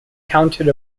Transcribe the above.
counted